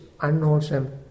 unwholesome